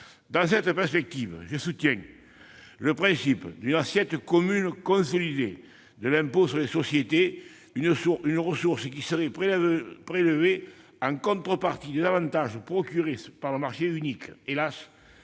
Dans cette perspective, je soutiens le principe d'une assiette commune consolidée de l'impôt sur les sociétés, ressource qui serait prélevée en contrepartie des avantages procurés par le marché unique. Hélas,